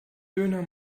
döner